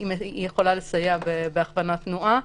והיא יכולה לסייע גם בהכוונת תנועה.